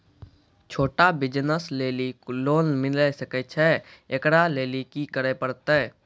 छोटा बिज़नस लेली लोन मिले सकय छै? एकरा लेली की करै परतै